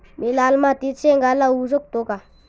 मी लाल मातीत शेंगा लावू शकतो का?